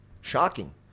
Shocking